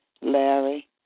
Larry